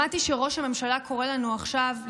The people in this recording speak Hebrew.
שמעתי שראש הממשלה קורא לנו עכשיו להידברות.